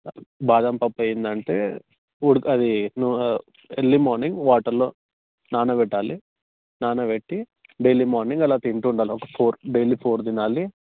బాదాం పప్పు ఏంటంటే ఉడుకు అది ఎర్లీ మార్నింగ్ వాటర్లో నానబెట్టాలి నానబెట్టి డైలీ మార్నింగ్ అలా తింటూ ఉండాలి ఒక ఫోర్ డైలీ ఫోర్ తినాలి